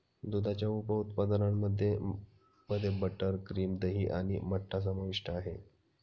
दुधाच्या उप उत्पादनांमध्ये मध्ये बटर, क्रीम, दही आणि मठ्ठा समाविष्ट आहे